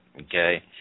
okay